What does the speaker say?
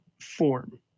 form